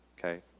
Okay